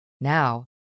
Now